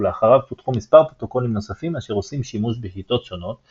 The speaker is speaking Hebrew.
ולאחריו פותחו מספר פרוטוקולים נוספים אשר עושים שימוש בשיטות שונות,